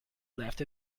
left